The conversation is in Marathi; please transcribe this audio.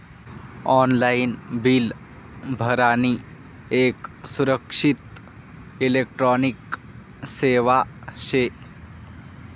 ऑनलाईन बिल भरानी येक सुरक्षित इलेक्ट्रॉनिक सेवा शे